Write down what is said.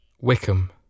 Wickham